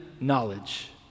knowledge